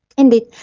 indeed.